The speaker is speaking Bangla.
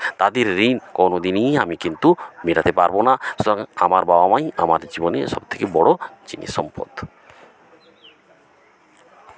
তাদের ঋণ কোনো দিনই আমি কিন্তু মেটাতে পারবো না আমার বাবা মাই আমাদের জীবনে সব থেকে বড়ো জিনিস সম্পদ